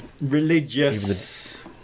religious